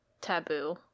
taboo